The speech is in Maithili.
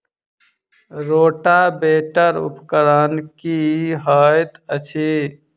रोटावेटर उपकरण की हएत अछि?